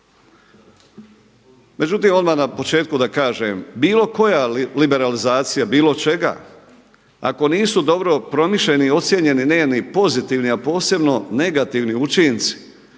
Međutim, odmah na početku da kažem bilo koja liberalizacija bilo čega ako nisu dobro promišljeni i ocijenjeni njeni pozitivni, a posebno negativni učinci,